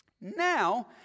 Now